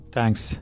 Thanks